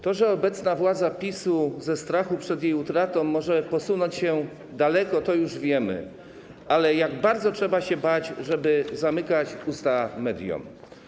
To, że obecna władza PiS-u ze strachu przed jej utratą może posunąć się daleko, to już wiemy, ale jak bardzo trzeba się bać, żeby zamykać usta mediom?